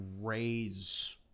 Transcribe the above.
raise